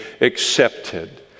accepted